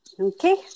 Okay